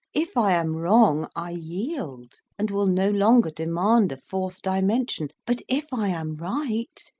if i am wrong, i yield, and will no longer demand a fourth dimension but, if i am right,